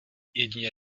jedině